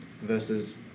versus